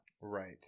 right